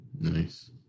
Nice